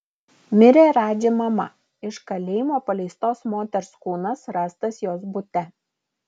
mirė radži mama iš kalėjimo paleistos moters kūnas rastas jos bute